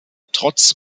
trotz